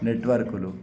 నెట్వర్క్లు